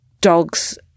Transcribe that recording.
dog's